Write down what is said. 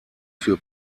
für